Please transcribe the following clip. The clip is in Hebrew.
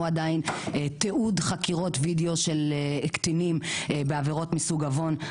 עדיין תיעוד חקירות וידאו של קטינים בעבירות מסוג עוון.